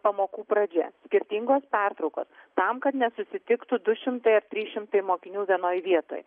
pamokų pradžia skirtingos pertraukos tam kad nesusitiktų du šimtai ar trys šimtai mokinių vienoj vietoj